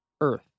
Earth